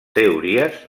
teories